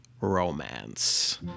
Romance